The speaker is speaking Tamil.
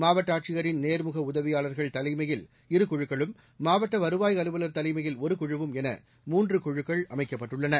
மாவட்ட ஆட்சியரின் நேர்முக உதவியாளர்கள் தலைமையில் இரு குழுக்களும் மாவட்ட வருவாய் அலுவலர் தலைமையில் ஒரு குழுவும் என மூன்று குழுக்கள் அமைக்கப்பட்டுள்ளன